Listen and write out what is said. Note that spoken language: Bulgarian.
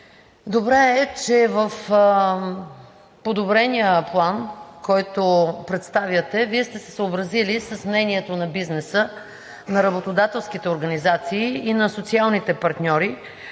Добре е, че в подобрения план, който представяте, Вие сте се съобразили с мнението на бизнеса, на работодателските организации и на социалните партньори,